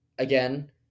Again